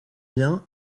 bien